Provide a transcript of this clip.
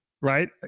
right